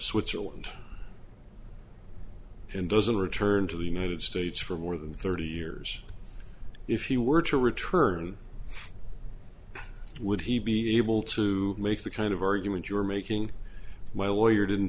switzerland and doesn't return to the united states for more than thirty years if he were to return would he be able to make the kind of argument you're making my lawyer didn't